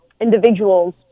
individuals